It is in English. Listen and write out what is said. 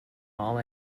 all